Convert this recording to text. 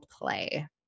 play